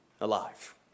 alive